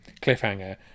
cliffhanger